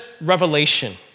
revelation